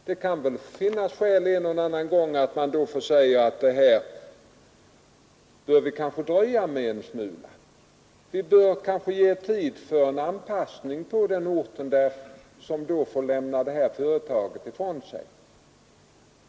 Det kan en och annan - näringspotitien gång finnas skäl att säga att det här bör vi kanske dröja med en smula. Vi bör kanske ge tid för anpassning för den ort som får acceptera att mista företaget i fråga.